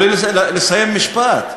תנו לי לסיים משפט.